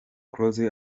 close